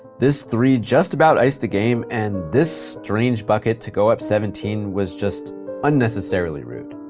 this three just about iced the game, and this strange bucket to go up seventeen was just unnecessarily rude.